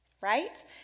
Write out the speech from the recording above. right